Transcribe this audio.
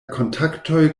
kontaktoj